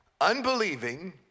unbelieving